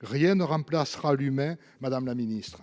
Rien ne remplacera l'humain ! Nous devons